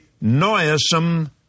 noisome